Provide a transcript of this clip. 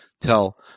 tell